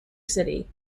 city